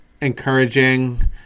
encouraging